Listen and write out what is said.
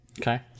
Okay